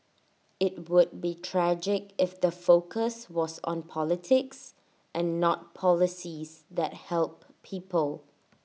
IT would be tragic if the focus was on politics and not policies that help people